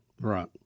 Right